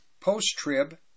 post-trib